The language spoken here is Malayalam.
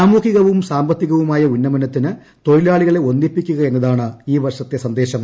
സാമൂഹികവും സാമ്പത്തികവുമായ ഉന്നമനത്തിന് തൊഴിലാളികളെ ഒന്നിപ്പിക്കുക എന്നതാണ് ഈ വർഷത്തെ സന്ദേശം